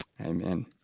Amen